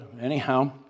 Anyhow